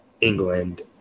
England